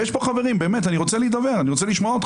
ויש כאן חברים ואני רוצה לשמוע אתכם.